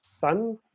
son